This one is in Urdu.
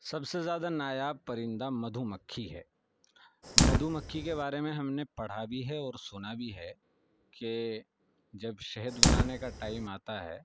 سب سے زیادہ نایاب پرندہ مدھو مکھی ہے مدھو مکھی کے بارے میں ہم نے پڑھا بھی ہے اور سنا بھی ہے کہ جب شہد بنانے کا ٹائم آتا ہے